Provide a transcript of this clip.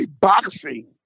boxing